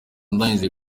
ndangije